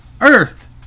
Earth